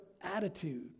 attitude